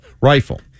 rifle